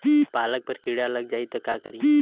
पालक पर कीड़ा लग जाए त का करी?